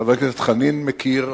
חבר הכנסת חנין מכיר,